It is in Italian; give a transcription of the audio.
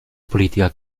politica